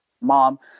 mom